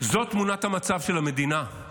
זו תמונת המצב של המדינה.